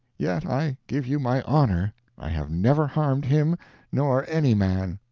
yet i give you my honor i have never harmed him nor any man.